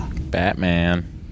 Batman